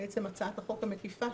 בעצם הצעת החוק המקיפה,